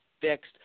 fixed